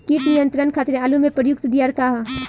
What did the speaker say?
कीट नियंत्रण खातिर आलू में प्रयुक्त दियार का ह?